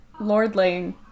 lordling